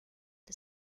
the